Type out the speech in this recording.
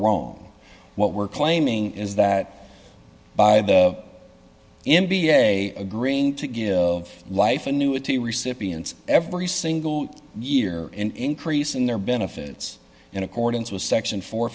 wrong what we're claiming is that by the n b a agreeing to give of life annuity recipients every single year increase in their benefits in accordance with section fo